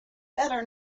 better